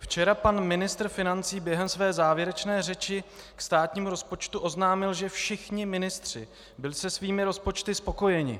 Včera pan ministr financí během své závěrečné řeči ke státnímu rozpočtu oznámil, že všichni ministři byli se svými rozpočty spokojeni.